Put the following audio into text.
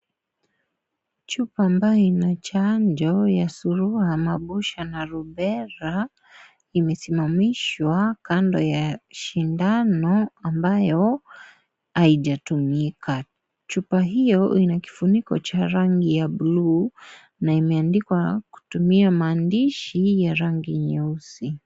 Chupa ambayo ina chanjo ya suluha, mabusha na lubela imesimamishwa kando ya sindano ambayo haijatumika. Chupa hiyo ina kifuniko cha rangi ya buluu na imeandikwa kutumia maandishi ya rangi nyeusi.